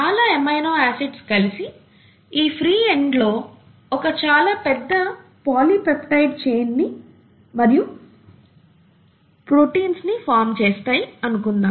చాలా amino acids కలిసి ఈ ఫ్రీ ఎండ్ లో ఒక చాలా పెద్ద పోలీపెప్టైడ్ చైన్ ని మరియు ప్రోటీన్ఫా ని ఫార్మ్ చేసాయి అనుకుందాం